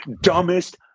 dumbest